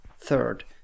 third